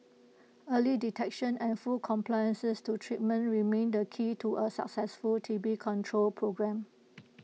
early detection and full compliance to treatment remain the key to A successful T B control programme